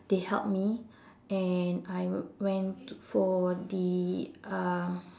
they helped me and I went to for the um